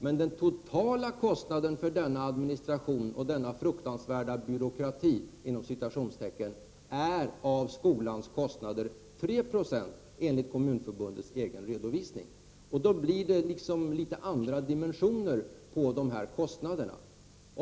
Men den totala kostnaden för denna administration och denna ”fruktansvärda byråkrati” utgör 3 70 av skolans kostnader enligt Kommunförbundets redovisning. Med tanke på detta blir dimensionerna på dessa kostnader litet annorlunda.